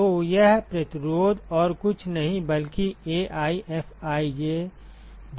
तो यह प्रतिरोध और कुछ नहीं बल्कि AiFij द्वारा 1 है